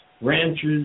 ranches